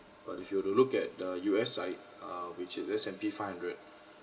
but if you were to look at the U_S I err which is S and P five hundred